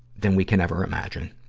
than we can ever imagine.